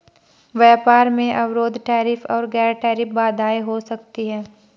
व्यापार में अवरोध टैरिफ और गैर टैरिफ बाधाएं हो सकती हैं